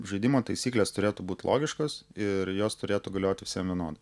žaidimo taisyklės turėtų būt logiškos ir jos turėtų galiot visiem vienodai